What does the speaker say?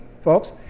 folks